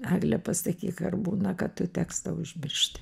egle pasakyk ar būna kad tu tekstą užmiršti